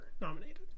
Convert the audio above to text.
nominated